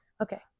Okay